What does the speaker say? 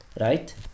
right